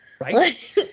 Right